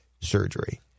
surgery